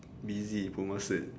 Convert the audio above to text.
busy ~ploma cert